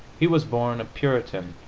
he was born a puritan